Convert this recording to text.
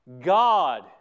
God